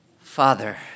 father